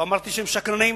לא אמרתי שהם שקרנים.